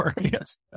yes